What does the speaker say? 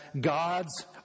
God's